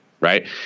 Right